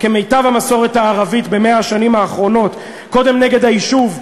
כמיטב המסורת הערבית ב-100 השנים האחרונות: קודם נגד היישוב,